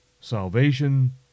Salvation